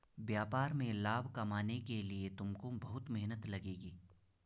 व्यापार में लाभ कमाने के लिए तुमको बहुत मेहनत लगेगी